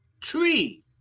tree